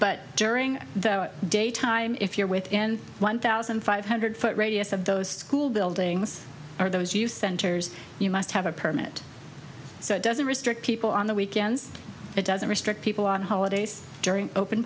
but during the daytime if you're within one thousand five hundred foot radius of those school buildings are those youth centers you must have a permit so it doesn't restrict people on the weekends it doesn't restrict people on holidays during open